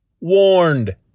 warned